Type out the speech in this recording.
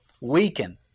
weaken